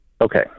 okay